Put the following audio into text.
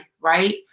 right